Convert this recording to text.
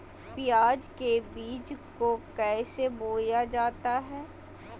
प्याज के बीज को कैसे बोया जाता है?